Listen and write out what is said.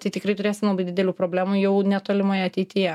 tai tikrai turėsim labai didelių problemų jau netolimoje ateityje